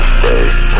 face